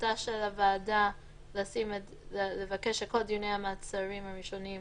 ההחלטה של הוועדה לבקש שכל דיוני המעצרים הראשוניים